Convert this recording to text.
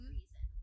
reason